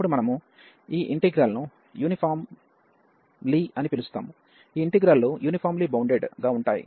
అప్పుడు మనము ఈ ఇంటిగ్రల్ ను యూనిఫార్మ్లీ అని పిలుస్తాము ఈ ఇంటిగ్రల్ లు యూనిఫామ్లీ బౌండెడ్ గా ఉంటాయి